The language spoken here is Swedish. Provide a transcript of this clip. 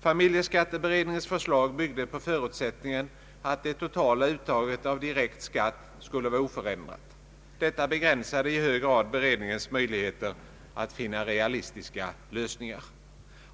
Familjeskatteberedningens förslag byggde på förutsättningen att det totala uttaget av direkt skatt skulle vara oförändrat. Detta begränsade i hög grad beredningens möjligheter att finna realistiska lösningar.